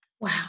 Wow